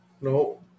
No